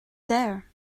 there